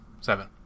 seven